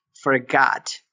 forgot